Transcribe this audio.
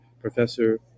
Professor